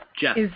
Jeff